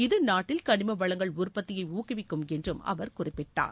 இது நாட்டில் கனிம வளங்கள் உற்பத்தியை ஊக்குவிக்கும் என்று அவர் குறிப்பிட்டார்